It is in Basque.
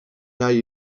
nahi